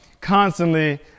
constantly